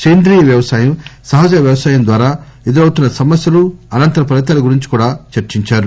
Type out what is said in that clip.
సేంద్రియ వ్యవసాయం సహజ వ్యవసాయం ద్వారా ఎదురౌతున్న సమస్యలు అనంతర ఫలితాల గురించి కూడా చర్చించారు